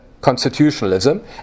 constitutionalism